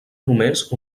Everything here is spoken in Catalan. només